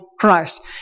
Christ